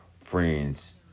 friends